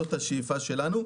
זאת השאיפה שלנו.